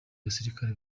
basirikare